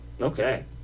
Okay